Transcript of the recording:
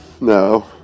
No